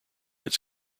its